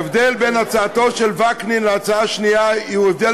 ההבדל בין הצעתו של וקנין להצעה השנייה הוא הבדל